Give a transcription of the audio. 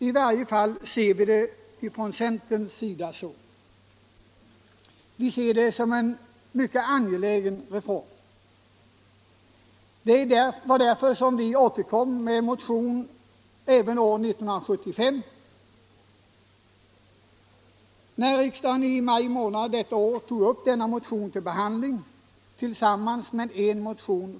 I varje fall ser vi inom centern det som en verkligt angelägen reform. Det var därför som vi återkom med en motion i ärendet även år 1975. När denna motion i maj månad samma år togs upp till behandling, tillsammans med en.